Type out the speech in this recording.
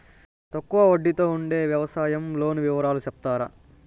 తక్కువ వడ్డీ తో ఉండే వ్యవసాయం లోను వివరాలు సెప్తారా?